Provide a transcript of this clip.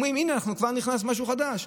אומרים: הינה, כבר נכנס משהו חדש.